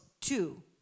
two